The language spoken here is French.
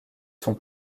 son